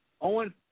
Owen